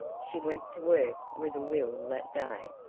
she went to work with a will that day,